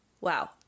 wow